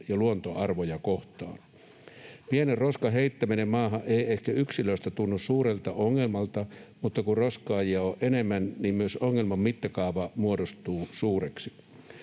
ja luontoarvoja kohtaan. Pienen roskan heittäminen maahan ei ehkä yksilöstä tunnu suurelta ongelmalta, mutta kun roskaajia on enemmän, niin myös ongelman mittakaava muodostuu suureksi.